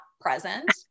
present